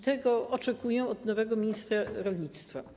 Tego oczekuję od nowego ministra rolnictwa.